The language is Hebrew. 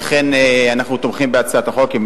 לכן אנחנו תומכים בהצעת החוק.